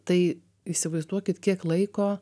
tai įsivaizduokit kiek laiko